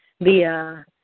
via